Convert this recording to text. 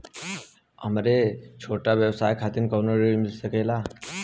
हमरे छोट व्यवसाय खातिर कौनो ऋण मिल सकेला?